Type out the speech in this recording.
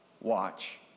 watch